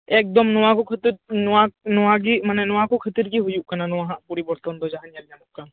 ᱮᱠᱫᱚᱢ ᱱᱚᱣᱟ ᱠᱚ ᱠᱷᱟᱹᱛᱤᱨ ᱱᱚᱣᱟ ᱱᱚᱣᱟ ᱜᱮ ᱢᱟᱱᱮ ᱱᱚᱣᱟ ᱠᱚ ᱠᱷᱟᱹᱛᱤᱨ ᱜᱮ ᱦᱩᱭᱩᱜ ᱠᱟᱱᱟ ᱱᱚᱣᱟ ᱦᱟᱸᱜ ᱯᱚᱨᱤᱵᱚᱨᱛᱚᱱ ᱫᱚ ᱡᱟᱦᱟᱸ ᱧᱮᱞ ᱧᱟᱢᱚᱜ ᱠᱟᱱᱟ